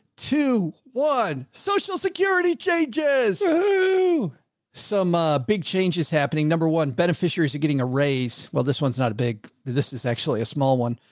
two, one, social security changes! some, ah, big changes happening. number one, beneficiaries are getting a raise well, this one's not a big, this is actually a small one.